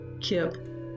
Kip